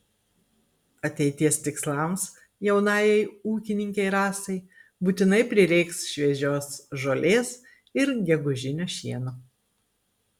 ateities tikslams jaunajai ūkininkei rasai būtinai prireiks šviežios žolės ir gegužinio šieno